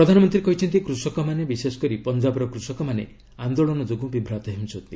ପ୍ରଧାନମନ୍ତ୍ରୀ କହିଛନ୍ତି କୃଷକମାନେ ବିଶେଷ କରି ପଞ୍ଜାବର କୃଷକମାନେ ଆନ୍ଦୋଳନ ଯୋଗୁଁ ବିଭ୍ରାନ୍ତ ହେଉଛନ୍ତି